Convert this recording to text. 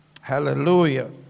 Hallelujah